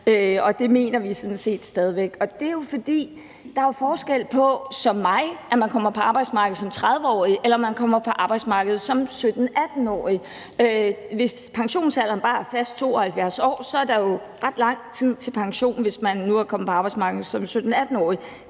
og det mener vi sådan set stadig væk, og det er jo, fordi der er forskel på, om man – som mig – kommer på arbejdsmarkedet som 30-årig, eller om man kommer på arbejdsmarkedet som 17-18-årig, og hvis pensionsalderen bare fast er 72 år, er der jo ret lang tid til pensionen, hvis man nu er kommet på arbejdsmarkedet som 17-18-årig.